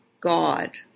God